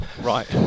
right